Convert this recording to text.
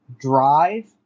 drive